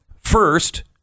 First